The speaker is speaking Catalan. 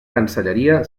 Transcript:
cancelleria